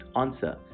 answer